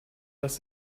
dass